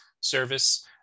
service